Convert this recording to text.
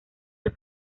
del